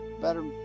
better